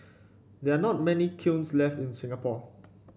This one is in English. there are not many kilns left in Singapore